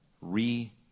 re